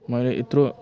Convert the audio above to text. मैले यत्रो